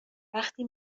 وقتی